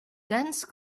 dense